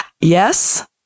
Yes